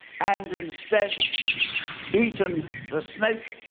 and instead eaten the snake,